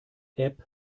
app